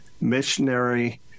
Missionary